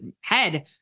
head